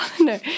No